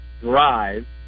drive